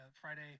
Friday